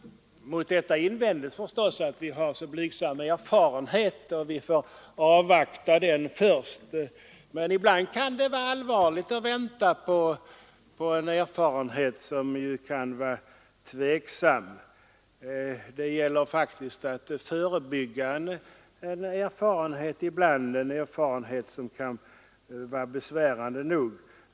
Mot detta invänds förstås att vi har så blygsamma erfarenheter. Vi måste först avvakta. Men ibland kan det vara allvarligt att invänta erfarenheten. Det gäller stundom att förebygga en erfarenhet, som kan vara besvärande nog.